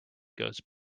goes